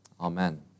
Amen